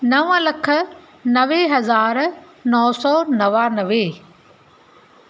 नव लख नवे हज़ार नो सौ नवानवे